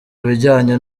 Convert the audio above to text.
bijyanye